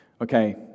Okay